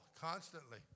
constantly